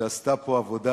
שעשתה כאן עבודה,